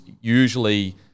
usually